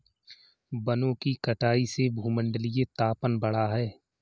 वनों की कटाई से भूमंडलीय तापन बढ़ा है